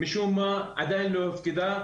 משום מה, עדיין לא הופקדה.